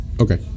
Okay